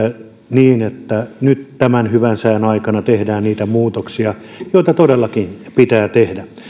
niin että nyt tämän hyvän sään aikana tehdään niitä muutoksia joita todellakin pitää tehdä